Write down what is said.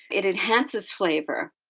it enhances flavor.